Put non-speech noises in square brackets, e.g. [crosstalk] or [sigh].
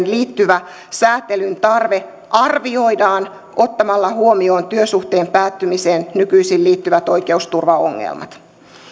[unintelligible] liittyvä sääntelytarve arvioidaan ottamalla huomioon työsuhteen päättymiseen nykyisin liittyvät oikeusturvaongelmat